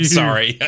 sorry